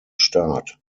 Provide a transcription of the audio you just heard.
staat